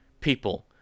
people